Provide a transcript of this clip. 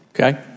Okay